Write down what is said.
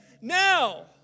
now